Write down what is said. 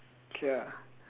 okay ah